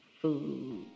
food